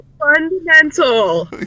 fundamental